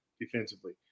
defensively